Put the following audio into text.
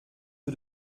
peu